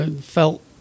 felt